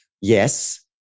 yes